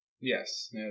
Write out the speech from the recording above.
Yes